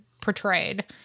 portrayed